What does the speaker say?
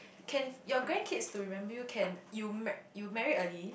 can your grandkids to remember you can you marr~ you married early